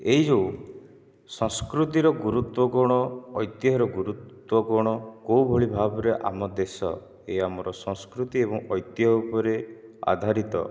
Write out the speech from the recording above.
ଏହି ଯେଉଁ ସଂସ୍କୃତିର ଗୁରୁତ୍ୱ କଣ ଐତିହ୍ୟର ଗୁରୁତ୍ୱ କଣ କେଉଁ ଭଳି ଭାବରେ ଆମ ଦେଶ ଏହି ଆମର ସଂସ୍କୃତି ଏବଂ ଐତିହ୍ୟ ଉପରେ ଆଧାରିତ